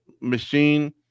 machine